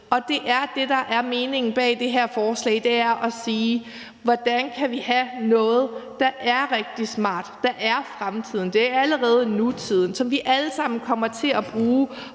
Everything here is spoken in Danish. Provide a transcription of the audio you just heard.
andet. Det, der er meningen med det her forslag, er at sige, hvordan vi kan have noget, der er rigtig smart, og som er fremtiden. Det er allerede nutiden, og det er noget, vi alle sammen kommer til at bruge.